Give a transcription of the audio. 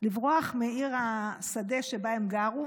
מעיר השדה שבה הם גרו,